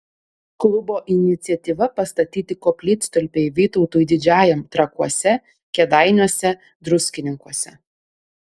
klubo iniciatyva pastatyti koplytstulpiai vytautui didžiajam trakuose kėdainiuose druskininkuose